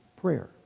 prayer